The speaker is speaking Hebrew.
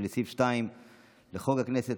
ולסעיף 2 לחוק הכנסת,